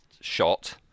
shot